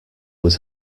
was